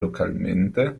localmente